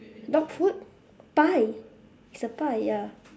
dog food pie it's a pie ya